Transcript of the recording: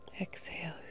Exhale